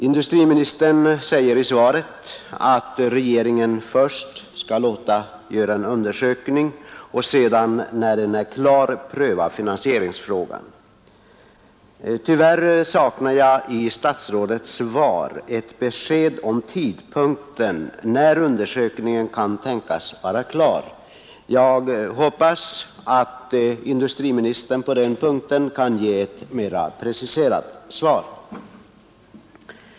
Industriministern säger i svaret att regeringen först skall låta göra en undersökning och sedan, när den är klar, pröva finansieringsfrågan. Tyvärr saknar jag i statsrådets svar ett besked om tidpunkten när undersökningen kan tänkas vara klar. Jag hoppas att industriministern på den punkten kan ge ett mera preciserat svar.